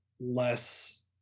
less